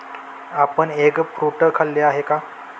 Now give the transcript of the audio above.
आपण egg fruit खाल्ले आहे का?